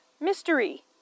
mystery